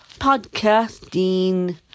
podcasting